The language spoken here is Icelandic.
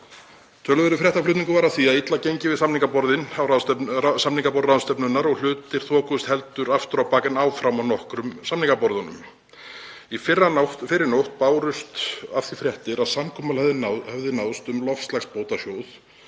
Töluverður fréttaflutningur var af því að illa gengi við samningaborð ráðstefnunnar og hlutir þokuðust heldur aftur á bak en áfram á nokkrum samningaborðunum. Í fyrrinótt bárust af því fréttir að samkomulag hefði náðst um loftslagsbótasjóð,